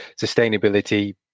sustainability